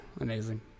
amazing